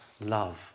love